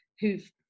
who've